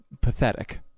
pathetic